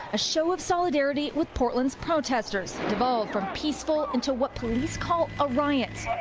a show of solidarity with portland's protesters, evolved from peaceful into what police called a riot.